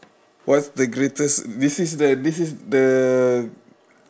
what's the greatest this is the this is the